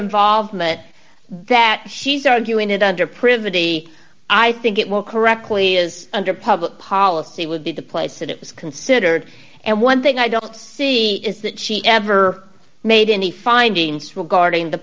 involvement that she's arguing it under privity i think it will correctly is under public policy would be the place that it was considered and one thing i don't see is that she ever made any findings regarding the